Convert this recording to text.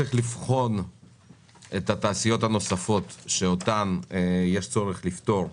צריך לבחון את התעשיות הנוספות שאותן יש צורך לפטור,